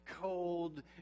cold